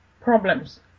problems